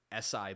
SI